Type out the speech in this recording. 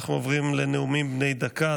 אנחנו עוברים לנאומים בני דקה,